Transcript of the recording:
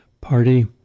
party